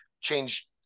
change